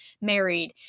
married